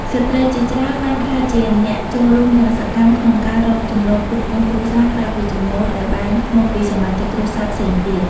ស្ត្រីជាច្រើនបានក្លាយជាអ្នកចូលរួមយ៉ាងសកម្មក្នុងការរកចំណូលផ្គត់ផ្គង់គ្រួសារ ក្រៅពីចំណូលដែលបានមកពីសមាជិកគ្រួសារផ្សេងទៀត។